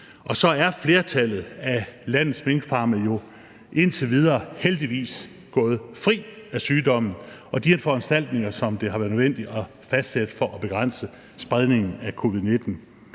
Og så er flertallet af landets minkfarme jo indtil videre heldigvis gået fri af sygdommen og de foranstaltninger, som det har været nødvendigt at fastsætte for at begrænse spredningen af covid-19.